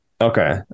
Okay